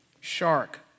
shark